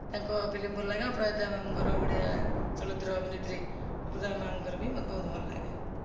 ତାଙ୍କ ଫିଲ୍ମ ଭଲ ଲାଗେ ଅପରାଜିତା ମ୍ୟାମଙ୍କର ଓଡ଼ିଆ ଚଳଚିତ୍ର ଅଭିନେତ୍ରୀ ଅପରାଜିତା ମ୍ୟାମ ଙ୍କର ବି ମତେ ବହୁତ ଭଲ ଲାଗେ